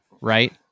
Right